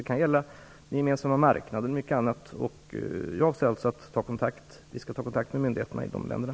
Det kan bl.a. gälla den gemensamma marknaden. Vi skall ta kontakt med myndigheterna i de länderna.